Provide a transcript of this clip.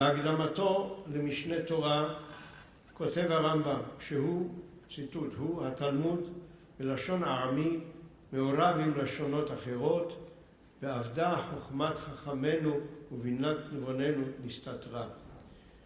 בהקדמתו למשנה תורה, כותב הרמב״ם שהוא, ציטוט הוא, התלמוד בלשון הארמי מעורב עם לשונות אחרות, ועבדה חוכמת חכמנו ובינת נבוננו נסתתרה.